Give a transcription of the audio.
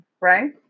right